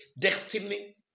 destiny